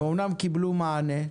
הם אומנם קיבלו מענה.